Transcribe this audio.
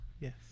Yes